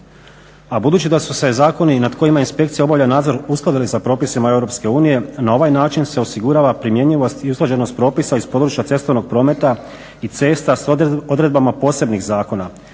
A budući da su se zakoni nad kojima inspekcija obavlja nadzor uskladili sa propisima Europske unije na ovaj način se osigurava primjenjivost i usklađenost propisa iz područja cestovnog prometa i cesta sa odredbama posebnih zakona: